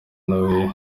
nawe